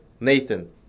Nathan